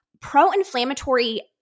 pro-inflammatory